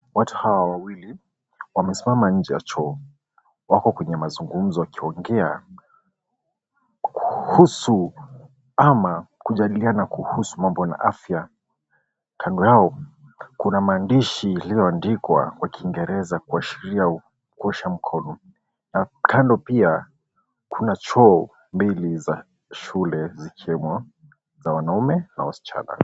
Watu hawa wawili wamesimama inje ya choo, wako kwenye mazungumzo wakiongea kuhusu ama kujadiliana kuhusu mambo na afya kando yao, kuna maandishi yaliyoandikwa kwa kiingereza kuashiria kuosha mkono na kando pia kuna choo mbili za shule zikiwemo za wanaume na wasichana.